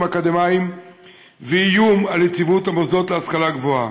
אקדמיים ואיום על יציבות המוסדות להשכלה גבוהה.